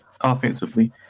offensively